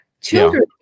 Children